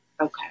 okay